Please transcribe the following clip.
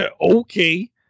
okay